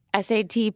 SAT